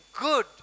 good